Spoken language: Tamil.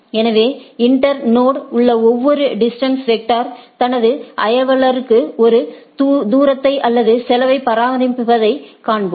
எனவே இன்டர்னோடில் உள்ள ஒவ்வொரு டிஸ்டன்ஸ் வெக்டர் தனது அயலவருக்கு ஒரு தூரத்தை அல்லது செலவைப் பராமரிப்பதைக் காண்போம்